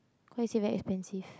cause he said very expensive